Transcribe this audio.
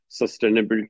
sustainability